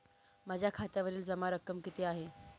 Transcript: माझ्या खात्यावरील जमा रक्कम किती आहे?